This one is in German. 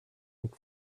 mit